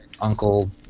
uncle